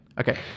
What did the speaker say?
Okay